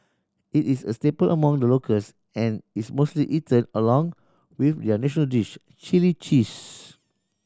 it is a staple among the locals and is mostly eaten along with their national dish chilli cheese